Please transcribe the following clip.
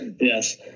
Yes